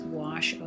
wash